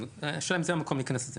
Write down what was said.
השאלה אם זה המקום להיכנס לזה.